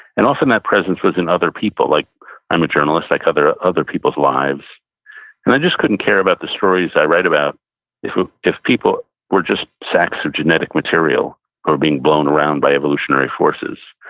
and often that presence was in other people. like i'm a journalist, i cover other peoples' lives, and i just couldn't care about the stories i write about if ah if people were just sacks of genetic material being blown around by evolutionary forces.